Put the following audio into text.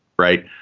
right?